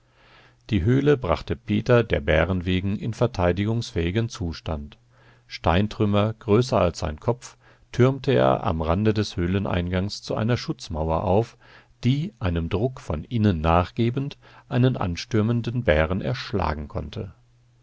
die höhle brachte peter der bären wegen in verteidigungsfähigen zustand steintrümmer größer als sein kopf türmte er am rande des höhleneingangs zu einer schutzmauer auf die einem druck von innen nachgebend einen anstürmenden bären erschlagen konnte